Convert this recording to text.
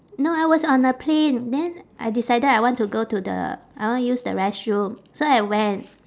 no I was on a plane then I decided I want to go to the I want use the restroom so I went